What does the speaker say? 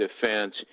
defense